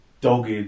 dogged